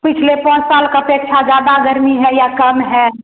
पिछले पाँच साल की अपेक्षा ज़्यादा गर्मी है या कम है